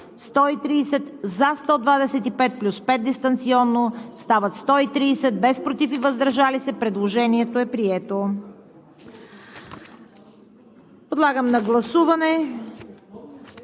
130: за 125 плюс 5 онлайн стават 130, против и въздържали се няма. Предложението е прието. Подлагам на гласуване